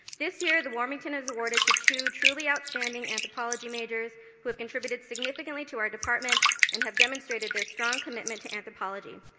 this year the wormington is awarded to two truly outstanding anthropology majors who have contributed significantly to our department and have demonstrated their strong commitment to anthropology.